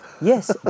Yes